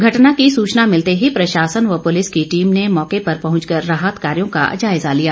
घटना की सूचना मिलते ही प्रशासन व पूलिस की टीम ने मौके पर पहुंच कर राहत कार्यों का जायजा लिया